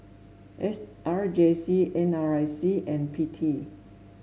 S R J C N R I C and P T